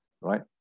right